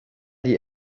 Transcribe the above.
die